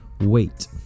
wait